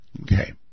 Okay